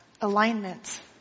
alignment